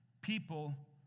people